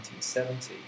1970